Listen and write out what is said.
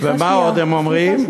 ומה עוד הם אומרים?